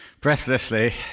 breathlessly